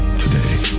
today